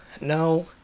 No